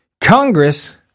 Congress